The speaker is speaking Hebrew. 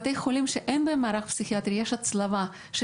בבתי חולים שאין בהם מערך פסיכיאטרי יש הצלבה של